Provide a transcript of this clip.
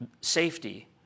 safety